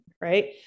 Right